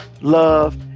love